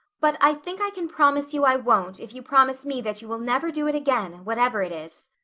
but i think i can promise you i won't if you promise me that you will never do it again, whatever it is.